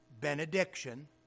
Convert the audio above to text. benediction